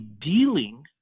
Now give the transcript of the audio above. dealing